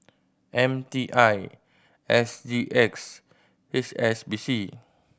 M T I S G X and H S B C